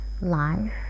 life